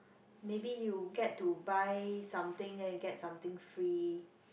maybe you get to buy something then you get something free